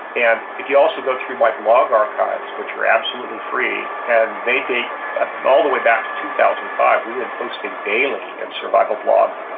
and if you also go through my blog archives, which are absolutely free, and they date all the way back to two thousand and five. we've been posting daily at survival blog.